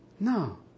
No